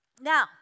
now